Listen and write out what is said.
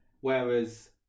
whereas